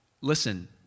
listen